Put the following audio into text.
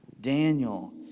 Daniel